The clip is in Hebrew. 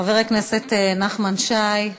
חבר הכנסת נחמן שי,